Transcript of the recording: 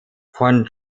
von